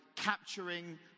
Capturing